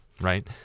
right